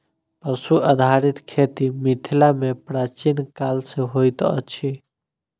पशु आधारित खेती मिथिला मे प्राचीन काल सॅ होइत अछि